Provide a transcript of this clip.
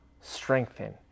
strengthen